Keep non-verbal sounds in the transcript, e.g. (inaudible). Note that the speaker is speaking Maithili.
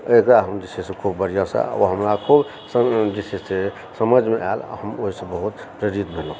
(unintelligible) जे छै से समझमे आयल आ हम ओहि सऽ बहुत प्रेरित भेलहुॅं